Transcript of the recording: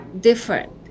different